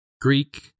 Greek